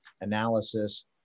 analysis